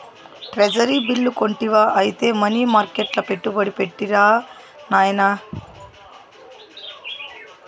treasury bill కొంటివా ఐతే money మర్కెట్ల పెట్టుబడి పెట్టిరా నాయనా